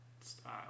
style